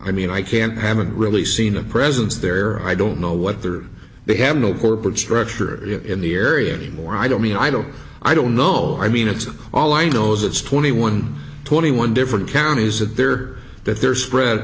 i mean i can't haven't really seen a presence there i don't know what they are they have no corporate structure in the area anymore i don't mean i don't i don't know i mean it's all i know is it's twenty one twenty one different counties that they're that they're spread